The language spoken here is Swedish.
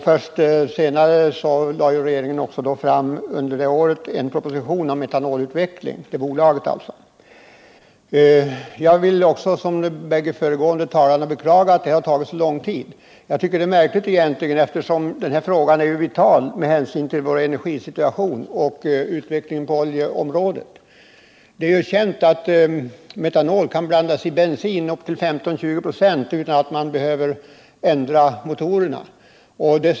Först senare det året lade regeringen fram en proposition om ett bolag för metanolutveckling. I likhet med de bägge föregående talarna vill jag beklaga att det här tagit så lång tid. Det är egentligen märkligt, eftersom den här frågan är så vital med hänsyn till vår energisituation och utvecklingen på oljeområdet. Det är känt att upp till 15-20 96 metanol kan blandas i bensin utan att man behöver ändra motorerna.